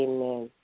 Amen